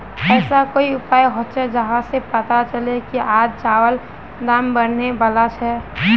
ऐसा कोई उपाय होचे जहा से पता चले की आज चावल दाम बढ़ने बला छे?